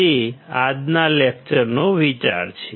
તે આજના લેકચરનો વિચાર છે